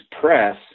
press